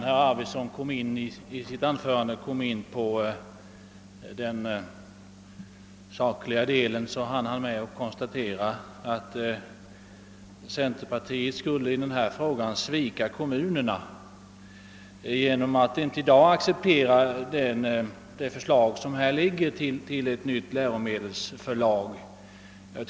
Herr talman! Innan herr Arvidson kom in på den sakliga delen av sitt anförande hann han med att konstatera att centern i denna fråga skulle svika kommunerna genom att inte i dag acceptera det förslag som nu föreligger till ett nytt läromedelsförlag.